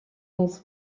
نیز